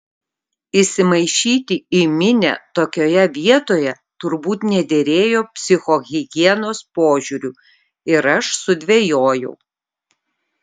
įsimaišyti į minią tokioje vietoje turbūt nederėjo psichohigienos požiūriu ir aš sudvejojau